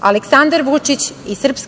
Aleksandar Vučić i SNS